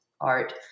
art